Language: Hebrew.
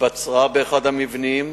התבצרה באחד המבנים